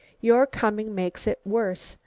your coming makes it worse,